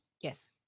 Yes